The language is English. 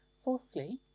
fourthly,